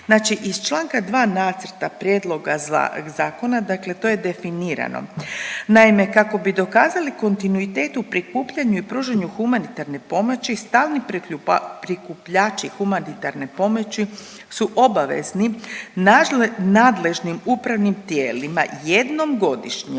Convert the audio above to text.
Znači iz članak 2. Nacrta prijedloga zakona, dakle to je definirano. Naime, kako bi dokazali kontinuitet u prikupljanju i pružanju humanitarne pomoći stalni prikupljači humanitarne pomoći su obavezni nadležnim upravnim tijelima jednom godišnje,